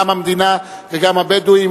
גם המדינה וגם הבדואים,